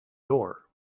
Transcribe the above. door